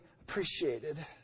appreciated